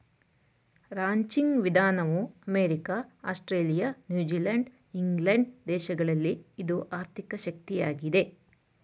ranching ವಿಧಾನವು America, Australia, New Zealand England ದೇಶಗಳಲ್ಲಿ ಇದು ಆರ್ಥಿಕ ಶಕ್ತಿಯಾಗಿದೆ